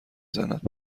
زند